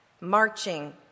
marching